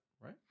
right